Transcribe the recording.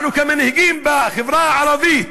אנחנו, כמנהיגים בחברה הערבית,